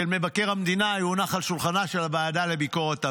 של מבקר המדינה יונח על שולחנה של הוועדה לביקורת המדינה.